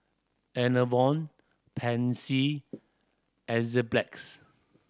Enervon Pansy Enzyplex